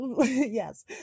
yes